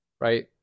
right